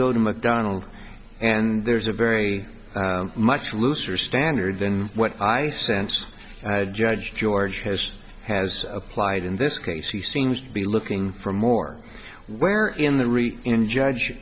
go to mcdonalds and there's a very much looser standard than what i sense judge george has has applied in this case he seems to be looking for more where in the reef in judge